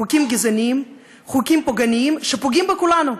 חוקים גזעניים, חוקים פוגעניים שפוגעים בכולנו.